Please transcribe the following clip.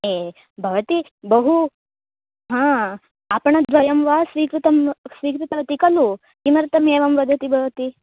ये भवती बहु हा आपणद्वयं वा स्वीकृतं स्वीकृतवती खलु किमर्थम् एवं वदति भवती